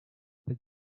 but